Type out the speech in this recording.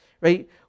right